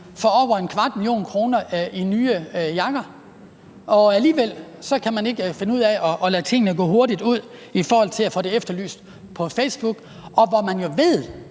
for over 0,25 mio. kr. i nye jakker. Alligevel kan man ikke finde ud af at lade tingene ske hurtigt i forhold til at få dem efterlyst på Facebook, og man ved